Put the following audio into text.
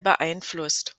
beeinflusst